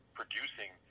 producing